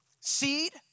Seed